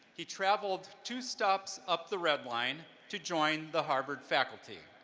he traveled two stops up the red line to join the harvard faculty